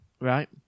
Right